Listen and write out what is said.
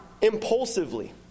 impulsively